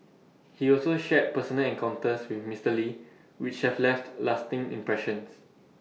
he also shared personal encounters with Mister lee which have left lasting impressions